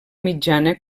mitjana